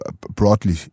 broadly